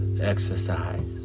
exercise